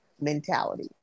mentality